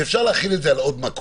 שאפשר להחיל את זה על זה על עוד מקום,